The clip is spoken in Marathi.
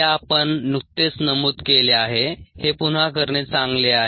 हे आपण नुकतेच नमूद केले आहे हे पुन्हा करणे चांगले आहे